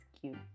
cute